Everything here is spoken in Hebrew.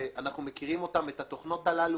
אנחנו מכירים אותן, את התוכנות הללו.